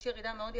יש ירידה מאוד יפה.